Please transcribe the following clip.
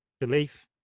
belief